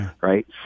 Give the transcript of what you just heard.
right